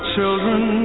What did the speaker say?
children